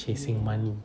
chasing money